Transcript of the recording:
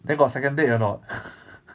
then got second date or not